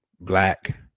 black